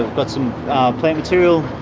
but some plant material.